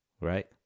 Right